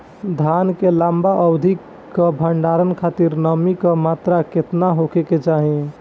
धान के लंबा अवधि क भंडारण खातिर नमी क मात्रा केतना होके के चाही?